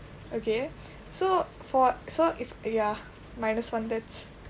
okay so for so it's ya minus one that's